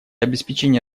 обеспечения